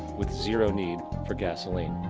with zero need for gasoline.